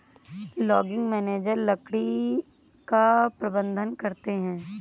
logging manager लकड़ी का प्रबंधन करते है